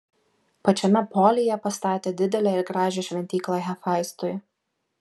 pačiame polyje pastatė didelę ir gražią šventyklą hefaistui